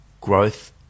growth